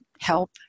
help